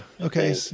Okay